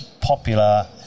popular